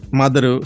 mother